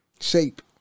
shape